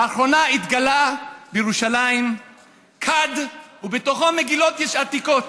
לאחרונה התגלה בירושלים כד ובתוכו מגילות עתיקות.